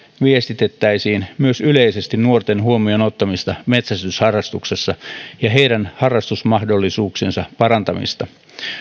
viestitettäisiin myös yleisesti nuorten huomioon ottamista metsästysharrastuksessa ja heidän harrastusmahdollisuuksiensa parantamista